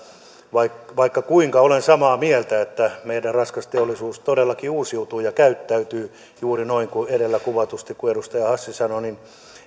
vaikka kuinka olen samaa mieltä että meidän raskas teollisuus todellakin uusiutuu ja käyttäytyy juuri noin edellä kuvatusti kuin edustaja hassi sanoi niin